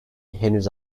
henüz